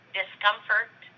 discomfort